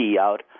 out